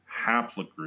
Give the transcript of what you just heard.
haplogroup